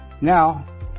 Now